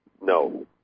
No